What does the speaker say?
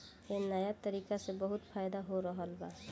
ए नया तरीका से बहुत फायदा हो रहल बा